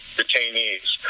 detainees